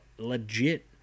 legit